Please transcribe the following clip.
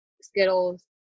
Skittles